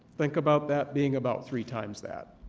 think about that being about three times that.